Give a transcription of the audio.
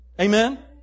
Amen